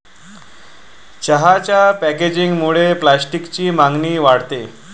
चहाच्या पॅकेजिंगमुळे प्लास्टिकची मागणी वाढते